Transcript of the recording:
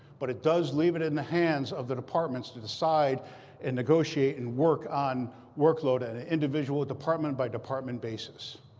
but it does leave it in the hands of the departments to decide and negotiate and work on workload at an individual department-by-department basis.